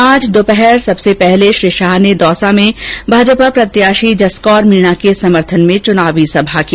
आज दोपहर सबसे पहले श्री शाह ने दौसा में भाजपा प्रत्याषी जसकौर मीणा के समर्थन में चुनावी सभा की